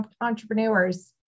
entrepreneurs